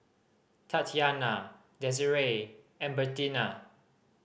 Tatyanna Desirae and Bertina